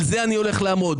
על זה אני הולך לעמוד.